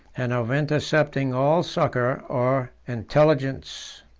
and of intercepting all succor or intelligence.